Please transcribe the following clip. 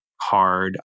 hard